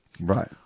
Right